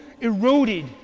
eroded